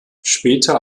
später